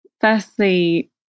Firstly